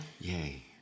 yay